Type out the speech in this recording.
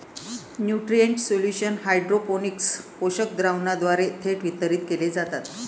nutrient solution hydroponics पोषक द्रावणाद्वारे थेट वितरित केले जातात